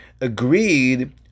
agreed